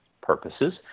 purposes